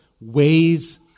ways